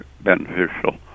beneficial